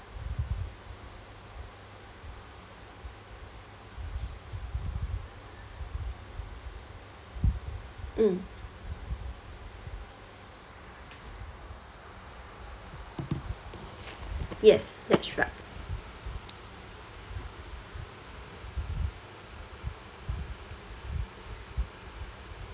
mm yes that's right